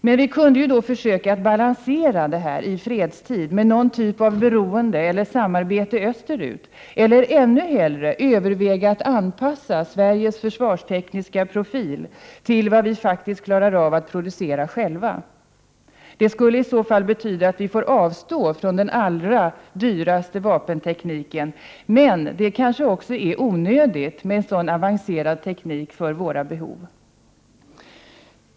Men vi kunde ju då försöka balansera detta i fredstid med någon typ av beroende eller samarbete österut eller, ännu hellre, överväga att anpassa Sveriges försvarstekniska profil till vad vi faktiskt klarar av att producera själva. Det skulle i så fall betyda att vi får avstå från den allra dyraste vapentekniken — men den kanske också är onödigt avancerad för våra behov?